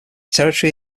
territory